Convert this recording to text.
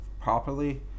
properly